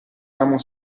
ramo